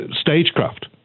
stagecraft